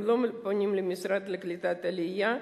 הם לא פונים למשרד לקליטת העלייה,